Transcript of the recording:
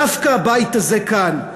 דווקא הבית הזה כאן,